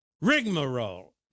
rigmarole